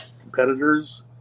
competitors